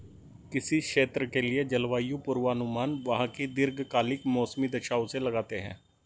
किसी क्षेत्र के लिए जलवायु पूर्वानुमान वहां की दीर्घकालिक मौसमी दशाओं से लगाते हैं